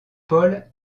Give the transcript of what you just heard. paul